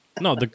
No